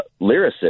lyricist